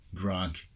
Gronk